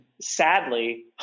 sadly